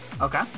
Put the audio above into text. Okay